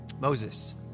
Moses